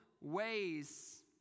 ways